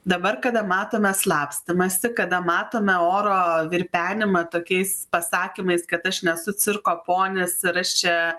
dabar kada matome slapstymąsi kada matome oro virpenimą tokiais pasakymais kad aš nesu cirko ponis ir aš čia